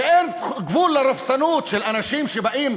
ואין גבול לרפיסות של אנשים שבאים